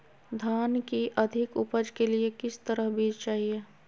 धान की अधिक उपज के लिए किस तरह बीज चाहिए?